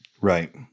right